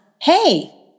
hey